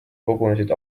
kogunesid